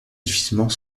difficilement